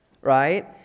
right